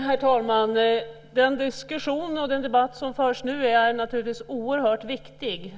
Herr talman! Den diskussion och debatt som förs nu är naturligtvis oerhört viktig.